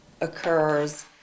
occurs